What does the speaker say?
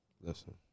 listen